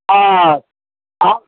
हाँ आँ